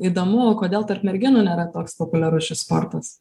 įdomu kodėl tarp merginų nėra toks populiarus šis sportas